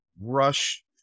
rush